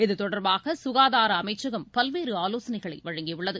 இது தொடர்பாக சுகாதார அமைச்சகம் பல்வேறு ஆலோசனைகளை வழங்கியுள்ளது